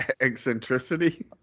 eccentricity